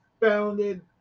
founded